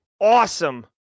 awesome